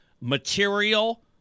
material